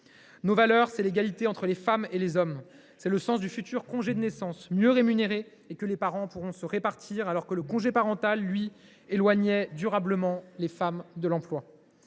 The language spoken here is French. Nos valeurs, c’est aussi l’égalité entre les femmes et les hommes. C’est le sens du futur congé de naissance, mieux rémunéré, que les parents pourront se répartir alors que le congé parental, lui, éloignait durablement les femmes de l’emploi.